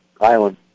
Island